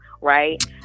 right